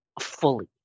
fully